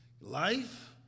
Life